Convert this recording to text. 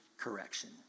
correction